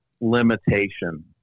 limitation